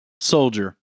Soldier